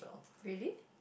really